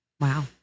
Wow